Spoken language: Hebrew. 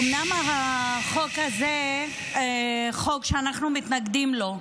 אומנם החוק הזה הוא חוק שאנחנו מתנגדים לו,